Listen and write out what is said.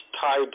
tied